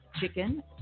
chicken